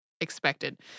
expected